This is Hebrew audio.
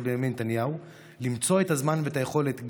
בנימין נתניהו למצוא את הזמן ואת היכולת,